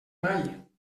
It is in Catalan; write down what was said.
mai